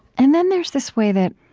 and then there's this way that